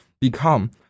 become